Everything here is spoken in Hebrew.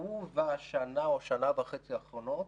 ובשנה או בשנה וחצי האחרונות,